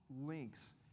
links